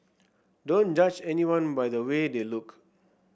don't judge anyone by the way they look